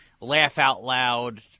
laugh-out-loud